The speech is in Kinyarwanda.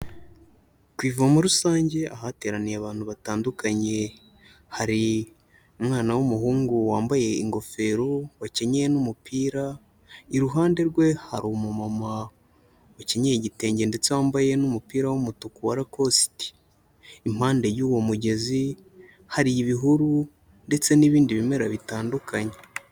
Ku ivomo rusange ahateraniye abantu batandukanye, hari umwana w'umuhungu wambaye ingofero wakenyeye n'umupira, iruhande rwe hari umumama ukenyeye igitenge ndetse wambaye n'umupira w'umutuku wa rokositi, impande y'uwo mugezi hari ibihuru ndetse n'ibindi bimera bitandukanye.